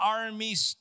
armies